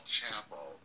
chapel